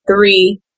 three